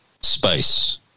space